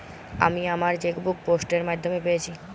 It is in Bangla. আমি আমার চেকবুক পোস্ট এর মাধ্যমে পেয়েছি